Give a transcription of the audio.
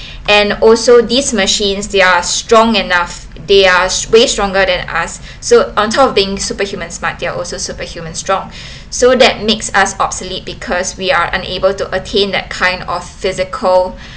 and also these machines they are strong enough they are way stronger than us so on top of being superhuman smart they are also superhuman strong so that makes us obsolete because we are unable to attain that kind of physical